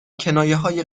کنایههای